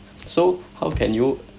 so how can you